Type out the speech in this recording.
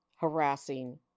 harassing